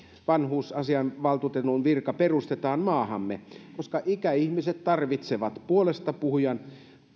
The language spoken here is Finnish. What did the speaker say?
vanhusasianvaltuutetun virka perustetaan maahamme koska ikäihmiset tarvitsevat puolestapuhujan